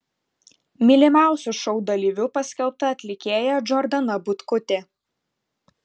mylimiausiu šou dalyviu paskelbta atlikėja džordana butkutė